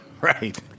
Right